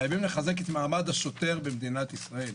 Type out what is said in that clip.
חייבים לחזק את מעמד השוטר במדינת ישראל.